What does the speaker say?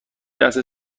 لحظه